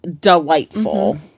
delightful